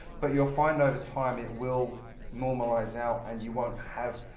but you'll find over time it will normalize out and you won't have.